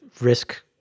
risk